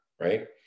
right